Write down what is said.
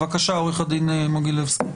בבקשה, עו"ד מוגילבסקי.